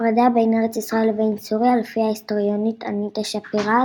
הפרדה בין ארץ ישראל לבין סוריה – לפי ההיסטוריונית אניטה שפירא,